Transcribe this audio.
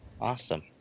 Awesome